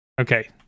Okay